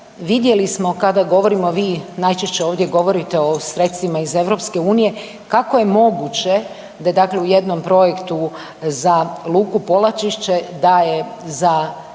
vidjeli smo kada govorimo, vi najčešće ovdje govorite o sredstvima iz EU, kako je moguće da je dakle u jednom projektu za luku Polačišće, da je za